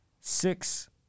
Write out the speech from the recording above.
six